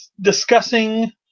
discussing